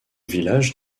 village